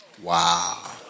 Wow